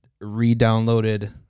re-downloaded